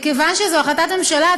מכיוון שזו החלטת ממשלה,